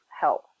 help